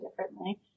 differently